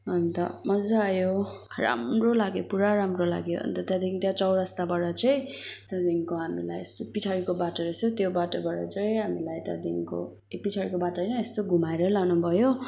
अन्त मजा आयो राम्रो लाग्यो पुरा राम्रो लाग्यो अन्त त्यहाँदेखि त्यहाँ चौरस्ताबाट चाहिँ त्यहाँदेखि हामीलाई यस्तो पछाडिको बाटो रहेछ त्यो बाटोबाट चाहिँ हामीलाई त्यहाँदेखि ए पछाडिको बाटो होइन यस्तो घुमाएरै लानुभयो